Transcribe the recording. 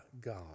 God